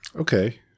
Okay